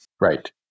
Right